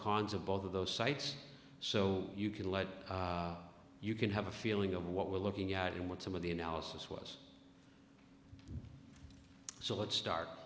cons of both of those sites so you can lead you can have a feeling of what we're looking at and what some of the analysis was so let's start